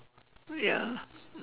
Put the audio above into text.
oh ya